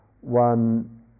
one